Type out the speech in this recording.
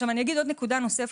אני אגיד נקודה נוספת,